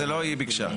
זאת לא היא ביקשה,